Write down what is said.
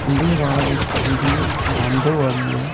उं'दी अवाज इक किस्म दी बंद होआ दी ऐ